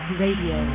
radio